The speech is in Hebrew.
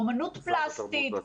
אמנות פלסטית,